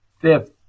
Fifth